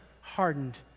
hardened